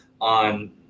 on